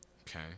Okay